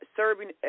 serving